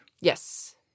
Yes